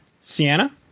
Sienna